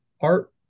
art